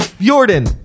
Jordan